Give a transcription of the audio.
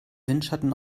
windschatten